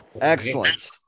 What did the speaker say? Excellent